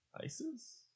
isis